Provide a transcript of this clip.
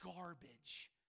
garbage